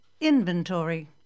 Inventory